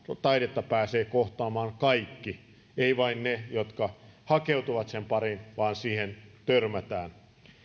taidetta pääsevät kohtaamaan kaikki eivät vain ne jotka hakeutuvat sen pariin vaan siihen törmätään